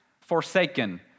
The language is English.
forsaken